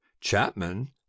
chapman